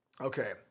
Okay